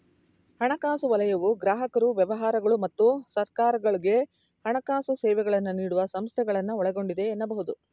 ಹಣಕಾಸು ವಲಯವು ಗ್ರಾಹಕರು ವ್ಯವಹಾರಗಳು ಮತ್ತು ಸರ್ಕಾರಗಳ್ಗೆ ಹಣಕಾಸು ಸೇವೆಗಳನ್ನ ನೀಡುವ ಸಂಸ್ಥೆಗಳನ್ನ ಒಳಗೊಂಡಿದೆ ಎನ್ನಬಹುದು